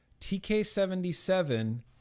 TK77